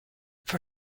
for